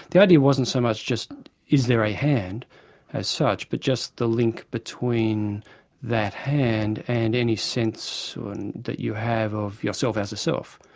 the idea wasn't so much just is there a hand as such, but just the link between that hand and any sense that you have of yourself as a self.